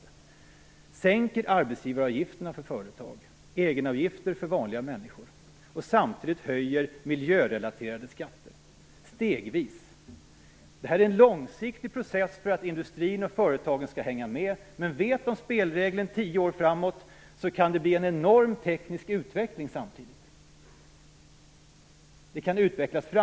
Man sänker också arbetsgivaravgifterna för företag och egenavgifterna för vanliga människor, samtidigt som man höjer miljörelaterade skatter stegvis. Detta måste vara en långsiktig process för att industrin och företagen skall kunna hänga med. Men om de vet spelreglerna för tio år framåt kan det samtidigt bli en enorm teknisk utveckling. Framtidsbranscher kan utvecklas.